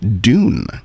Dune